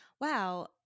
wow